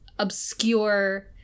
obscure